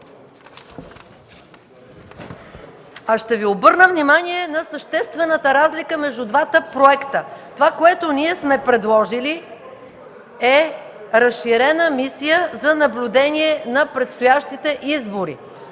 Ще Ви обърна внимание на съществената разлика между двата проекта. Това, което ние сме предложили, е разширена мисия за наблюдение на предстоящите избори.